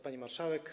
Pani Marszałek!